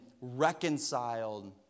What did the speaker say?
reconciled